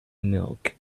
milk